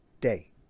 day